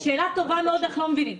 שאלה טובה מאוד, אך לא מבינים.